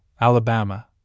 Alabama